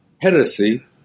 heresy